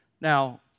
Now